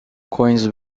coins